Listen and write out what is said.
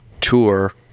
tour